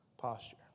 Posture